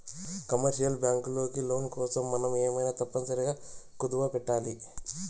commercial బ్యాంకులకి loan కోసం మనం ఏమైనా తప్పనిసరిగా కుదవపెట్టాలి